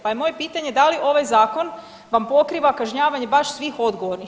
Pa je moje pitanje da li ovaj zakon vam pokriva kažnjavanje baš svih odgovornih.